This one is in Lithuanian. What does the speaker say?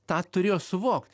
tą turėjo suvokt